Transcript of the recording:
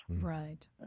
Right